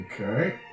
Okay